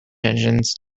engines